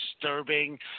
disturbing